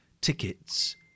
tickets